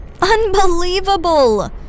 Unbelievable